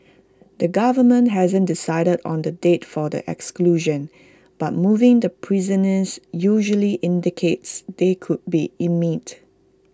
the government hasn't decided on the date for the executions but moving the prisoners usually indicates they could be